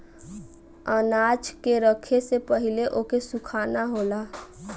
अनाज के रखे से पहिले ओके सुखाना होला